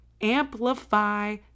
Amplify